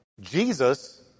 Jesus